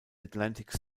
atlantic